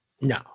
No